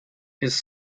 his